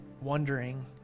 wondering